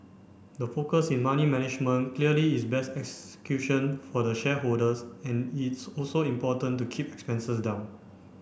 the focus in money management clearly is best execution for the shareholders and it's also important to keep expenses down